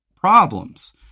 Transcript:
problems